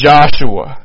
Joshua